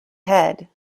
head